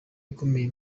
ikomeye